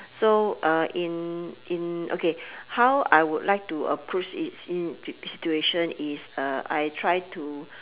so uh in in okay how I would like to approach it situation is uh I try to